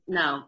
no